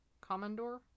Commandor